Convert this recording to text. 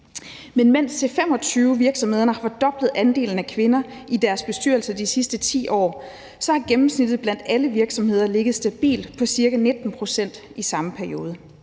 Men mens C25-virksomhederne har fordoblet andelen af kvinder i deres bestyrelser de sidste 10 år, har gennemsnittet blandt alle virksomheder ligget stabilt på ca. 19 pct. i samme periode.